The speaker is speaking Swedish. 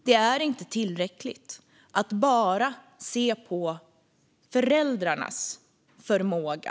Det är inte tillräckligt att bara se på föräldrarnas förmåga.